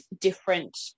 different